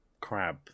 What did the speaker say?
crab